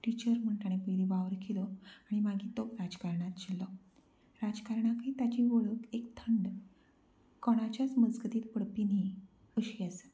teacher म्हण ताणें पयलीं वावर केलो आनी मागीर तो राजकारणांत शिरलो राजकारणांतूय ताची वळक एक थंड कोणाच्याच मजगतींत पडपी न्ही अशी आसा